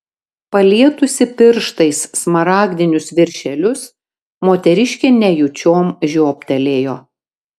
palietusi pirštais smaragdinius viršelius moteriškė nejučiom žioptelėjo